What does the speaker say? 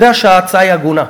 יודע שההצעה היא הגונה.